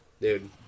Dude